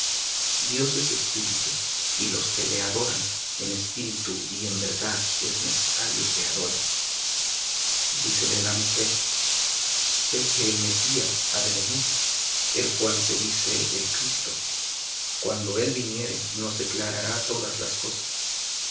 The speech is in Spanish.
dios es espíritu y los que le adoran en espíritu y en verdad es necesario que adoren dícele la mujer sé que el mesías ha de venir el cual se dice el cristo cuando él viniere nos declarará todas las cosas